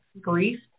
grief